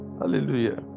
hallelujah